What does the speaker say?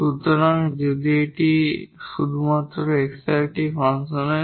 সুতরাং যদি এটি শুধুমাত্র x এর একটি ফাংশন হয়